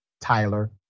Tyler